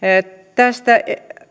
tästä